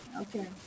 Okay